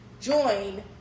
join